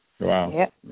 Wow